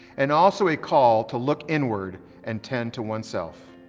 and also a call to look inward and tend to oneself.